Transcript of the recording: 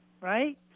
right